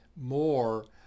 more